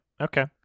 Okay